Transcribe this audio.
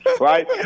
right